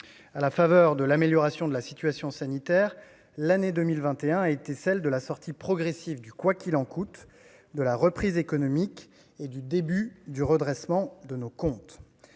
À la faveur de l'amélioration de la situation sanitaire, l'année 2021 a été celle de la sortie progressive du « quoi qu'il en coûte », de la reprise économique et du début du redressement de nos comptes.